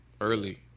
Early